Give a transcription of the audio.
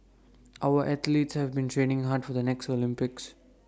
our athletes have been training hard for the next Olympics